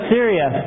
Syria